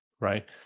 Right